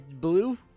Blue